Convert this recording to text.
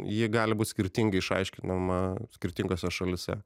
ji gali būti skirtingai išaiškinama skirtingose šalyse